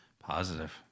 Positive